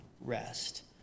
rest